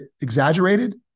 exaggerated